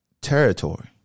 territory